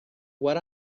what